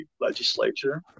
legislature